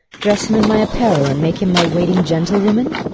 dress him in my apparel and make him my waiting-gentlewoman?